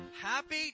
Happy